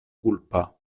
kulpa